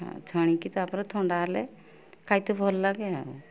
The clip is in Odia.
ଛାଣିକି ତାପରେ ଥଣ୍ଡା ହେଲେ ଖାଇତେ ଭଲ ଲାଗେ ଆଉ